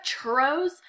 churros